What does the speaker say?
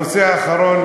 הנושא האחרון,